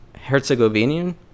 Herzegovinian